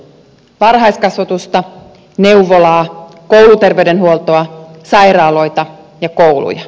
varhaiskasvatusta neuvolaa kouluterveydenhuoltoa sairaaloita ja kouluja